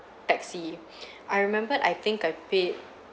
taxi I remembered I think I paid